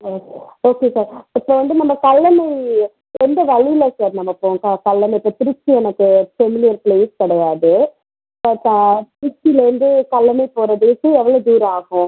okay okay sir இப்போ வந்து நம்ம கல்லணை எந்த வழியில் சார் நம்ம போகணும் கல்லணைக்கு இப்போ திருச்சி எனக்கு பெமிலியர் பிளேஸ் கிடையாது திருச்சிலேருந்து கல்லணை போகிறதுக்கு எவ்வளோ தூரம் ஆகும்